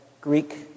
Greek